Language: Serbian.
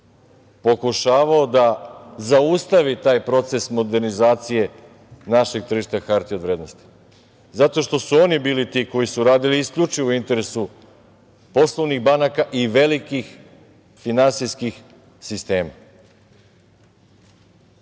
pokušavao da zaustavi taj proces modernizacije našeg tržišta hartija od vrednosti, zato što su oni bili ti koji su radili isključivo u interesu poslovnih banaka i velikih finansijskih sistema.